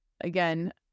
again